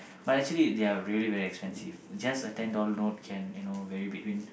but actually they are really very expensive just a ten dollars notes can you know vary between